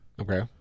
Okay